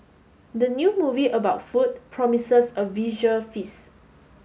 the new movie about food promises a visual feast